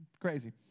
crazy